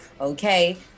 okay